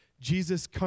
Jesus